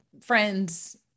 friends